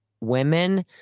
women